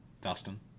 Dustin